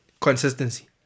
Consistency